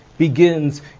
begins